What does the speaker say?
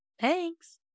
Thanks